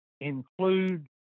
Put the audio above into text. Include